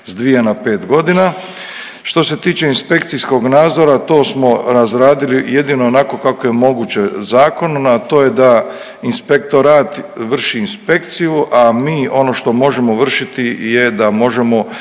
na pet godina. Što se tiče inspekcijskog nadzora to smo razradili jedino onako kako je moguće zakonom, a to je da Inspektorat vrši inspekciju, a mi ono što možemo vršiti je da možemo